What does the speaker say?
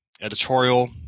editorial